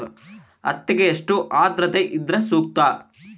ಹತ್ತಿಗೆ ಎಷ್ಟು ಆದ್ರತೆ ಇದ್ರೆ ಸೂಕ್ತ?